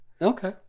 Okay